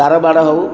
ତାରବାଡ଼ ହଉ